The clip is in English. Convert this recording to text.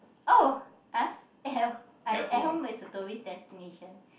oh ah I I at home is a tourist destination